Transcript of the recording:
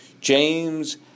James